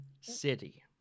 City